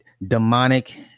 Demonic